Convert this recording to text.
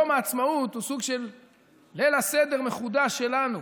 יום העצמאות הוא סוג של ליל הסדר מחודש שלנו.